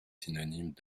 synonymes